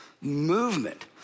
movement